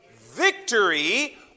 victory